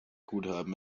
guthaben